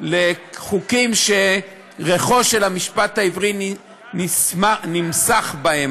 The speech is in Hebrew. לחוקים שריחו של המשפט העברי נמסך בהם,